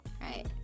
right